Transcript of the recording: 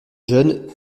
jeune